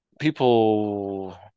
people